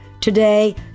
Today